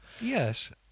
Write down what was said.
Yes